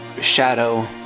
shadow